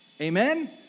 Amen